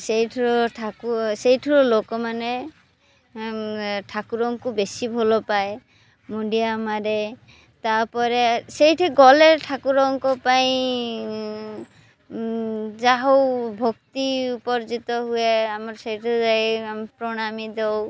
ସେଇଥିରୁ ସେଇଥିରୁ ଲୋକମାନେ ଠାକୁରଙ୍କୁ ବେଶୀ ଭଲ ପାଏ ମୁଣ୍ଡିଆ ମାରେ ତା'ପରେ ସେଇଠି ଗଲେ ଠାକୁରଙ୍କ ପାଇଁ ଯାହା ହଉ ଭକ୍ତି ଉପାର୍ଜିତ ହୁଏ ଆମର ସେଇଠି ଯାଇ ପ୍ରଣାମୀ ଦଉ